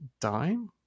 dime